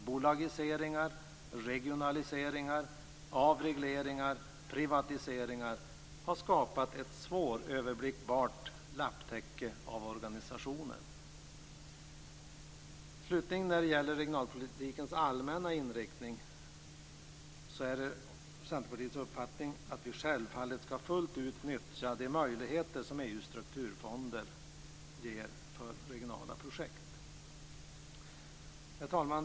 Bolagiseringar, regionaliseringar, avregleringar och privatiseringar har skapat ett svåröverblickbart lapptäcke av organisationer. När det slutligen gäller regionalpolitikens allmänna inriktning är det Centerpartiets uppfattning att vi självfallet fullt ut skall nyttja de möjligheter som Herr talman!